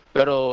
Pero